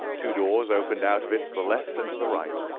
two doors opened out of it to the left and to the right.